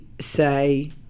say